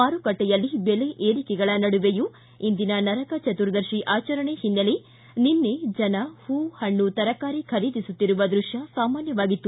ಮಾರುಕಟ್ಲೆಯಲ್ಲಿ ಬೆಲೆ ಏರಿಕೆಗಳ ನಡುವೆಯೂ ಇಂದಿನ ನರಕ ಚತುರ್ದಶಿ ಆಚರಣೆ ಓನ್ನೆಲೆ ನಿನ್ನೆ ಜನ ಹೂ ಪಣ್ಣು ತರಕಾರಿ ಖರೀದಿಸುತ್ತಿರುವ ದೃಶ್ಯ ಸಮಾನ್ಯವಾಗಿತ್ತು